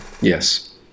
Yes